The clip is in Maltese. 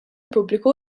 pubbliku